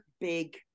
big